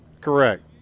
Correct